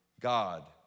God